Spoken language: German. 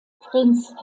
prinz